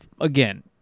again